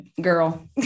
girl